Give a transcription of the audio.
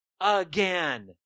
again